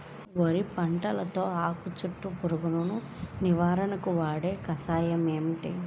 వరి పంటలో ఆకు చుట్టూ పురుగును నివారణకు వాడే కషాయం ఏమిటి?